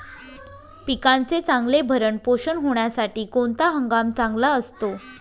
पिकाचे चांगले भरण पोषण होण्यासाठी कोणता हंगाम चांगला असतो?